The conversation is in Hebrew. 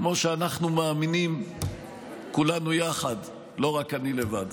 כמו שאנחנו מאמינים כולנו יחד, לא רק אני לבד.